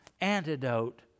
antidote